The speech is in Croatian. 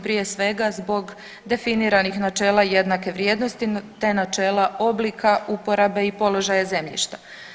Prije svega zbog definiranih načela jednake vrijednosti, te načela oblika, uporabe i položaja zemljišta.